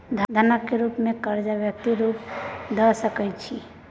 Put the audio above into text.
धनक रुप मे करजा व्यक्ति विशेष केँ द सकै छी